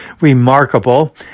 remarkable